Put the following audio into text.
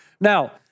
Now